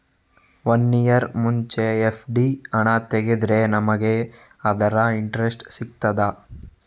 One year ಮುಂಚೆ FD ಹಣ ತೆಗೆದ್ರೆ ನಮಗೆ ಅದರ ಇಂಟ್ರೆಸ್ಟ್ ಸಿಗ್ತದ?